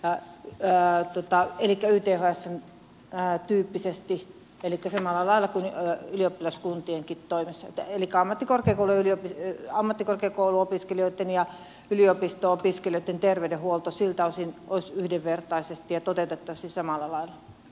a erään mutta toteuttamaan ythsn tyyppisesti elikkä samalla lailla kuin ylioppilaskuntienkin toimesta elikkä ammattikorkeakouluopiskelijoitten ja yliopisto opiskelijoitten terveydenhuolto siltä osin olisi yhdenvertainen ja toteutettaisiin samalla lailla